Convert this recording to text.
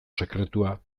sekretua